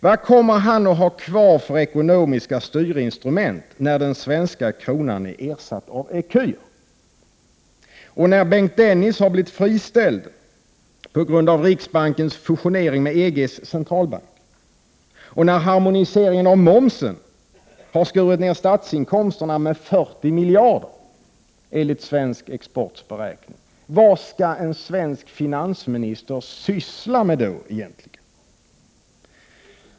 Vad kommer han att ha kvar för ekonomiska styrinstrument när den svenska kronan är ersatt av ecun, när Bengt Dennis blivit friställd på grund av riksbankens fusionering med EG:s centralbank och när harmoniseringen av momsen har skurit ner statsinkomsterna med 40 miljarder enligt Svensk Exports beräkning? Vad skall en svensk finansminister syssla med då egentligen?